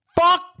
fuck